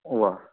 वा